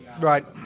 right